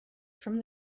from